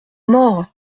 mort